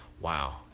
Wow